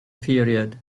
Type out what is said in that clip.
period